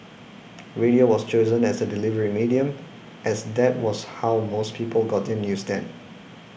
radio was chosen as the delivery medium as that was how most people got their news then